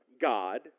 God